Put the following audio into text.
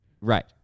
Right